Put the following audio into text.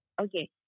Okay